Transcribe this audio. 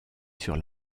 sur